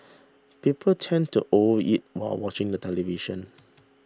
people tend to overeat while watching the television